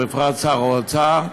ובפרט שר האוצר,